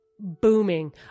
booming